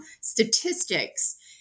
statistics